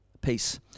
peace